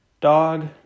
dog